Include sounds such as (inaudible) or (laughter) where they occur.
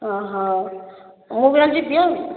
ଅ ହ ମୁଁ ବି (unintelligible) ଯିବି ଆଉ